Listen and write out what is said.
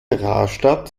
rastatt